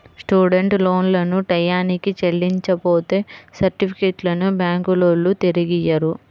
student లోన్లను టైయ్యానికి చెల్లించపోతే సర్టిఫికెట్లను బ్యాంకులోల్లు తిరిగియ్యరు